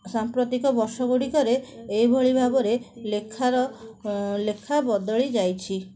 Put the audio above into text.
ସାମ୍ପ୍ରତିକ ବର୍ଷ ଗୁଡ଼ିକରେ ଏଇଭଳି ଭାବରେ ଲେଖାର ଲେଖା ବଦଳିଯାଇଛି